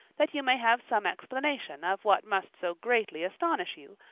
that you may have some explanation of what must so greatly astonish you,